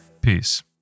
Peace